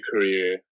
career